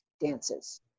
dances